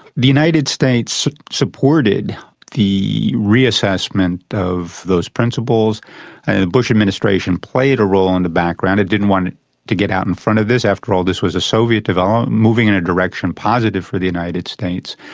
the united states supported the reassessment of those principles. the bush administration played a role in the background. it didn't want to get out in front of this. after all, this was a soviet development, moving in a direction positive for the united states,